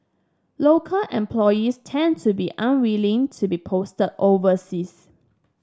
local employees tend to be unwilling to be posted overseas